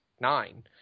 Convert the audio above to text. nine